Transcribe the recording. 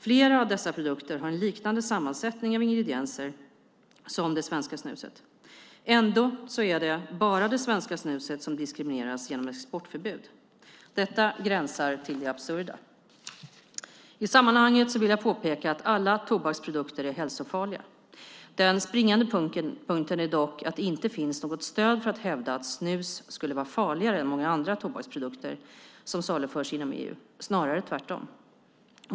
Flera av dessa produkter har en liknande sammansättning av ingredienser som det svenska snuset. Ändå är det bara det svenska snuset som diskrimineras genom ett exportförbud. Detta gränsar till det absurda. I sammanhanget vill jag påpeka att alla tobaksprodukter är hälsofarliga. Den springande punkten är dock att det inte finns något stöd för att hävda att snus skulle vara farligare än många andra tobaksprodukter som saluförs inom EU, snarare tvärtom.